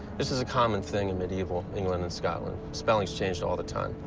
this was a common thing in medieval england and scotland. spellings changed all the time.